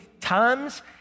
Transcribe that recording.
times